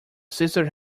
sister